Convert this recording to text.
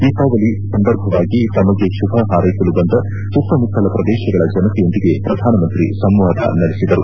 ದೀಪಾವಳಿ ಸಂದರ್ಭವಾಗಿ ತಮಗೆ ಶುಭ ಹಾರ್ವೆಸಲು ಬಂದ ಸುತ್ತಮುತ್ತಗಳ ಪ್ರದೇಶಗಳ ಜನತೆಯೊಂದಿಗೆ ಪ್ರಧಾನಮಂತ್ರಿ ಸಂವಾದ ನಡೆಸಿದರು